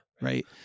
right